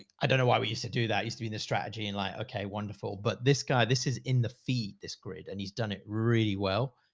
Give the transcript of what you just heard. i don't know why we used to do that. used to be this strategy and like, okay, wonderful, but this guy, this is in the feed this grid. and he's done it really well.